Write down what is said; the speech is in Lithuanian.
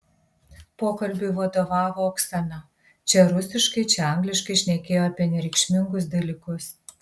pokalbiui vadovavo oksana čia rusiškai čia angliškai šnekėjo apie nereikšmingus dalykus